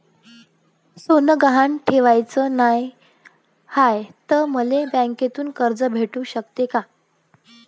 सोनं गहान ठेवाच नाही हाय, त मले बँकेतून कर्ज भेटू शकते का?